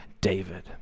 David